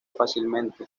fácilmente